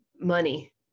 Money